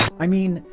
i mean,